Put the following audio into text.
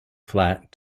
flat